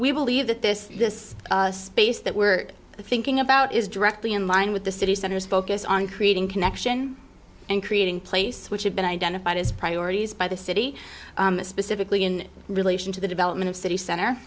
we believe that this this space that we're thinking about is directly in line with the city center is focused on creating connection and creating place which have been identified as priorities by the city specifically in relation to the development of city center